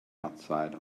outside